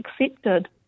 accepted